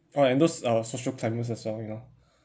oh and those uh social climbers as well you know